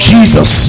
Jesus